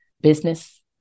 business